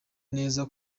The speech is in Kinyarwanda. neza